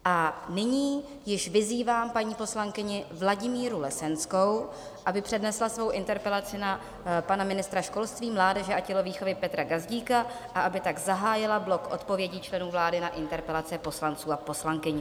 A nyní již vyzývám paní poslankyni Vladimíru Lesenskou, aby přednesla svou interpelaci na pana ministra školství, mládeže a tělovýchovy Petra Gazdíka a aby tak zahájila blok odpovědí členů vlády na interpelace poslanců a poslankyň.